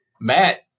Matt